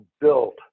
built